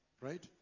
right